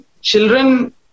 children